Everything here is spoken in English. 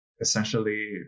Essentially